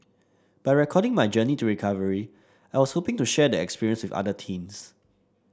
by recording my journey to recovery I was hoping to share the experience with other teens